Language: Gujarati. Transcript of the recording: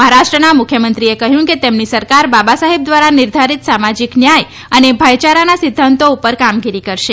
મહારાષ્ટ્રના મુખ્યમંત્રીએ કહ્યું કે તેમની સરકાર બાબાસાહેબ દ્વારા નિર્ધારિત સામાજિક ન્યાય અને ભાઈચારાના સિદ્ધાંતો પર કામગીરી કરશે